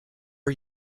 are